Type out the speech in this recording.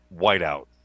whiteout